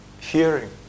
hearing